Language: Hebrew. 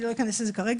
אני לא אכנס לזה כרגע,